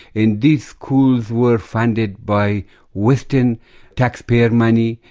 and these schools were funded by western taxpayer money,